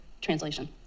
translation